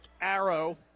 arrow